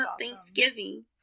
Thanksgiving